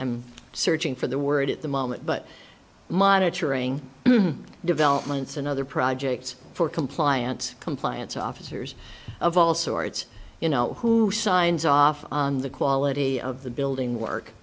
i'm searching for the word at the moment but monitoring developments in other projects for compliance compliance officers of all sorts you know who signs off on the quality of the building work